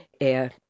air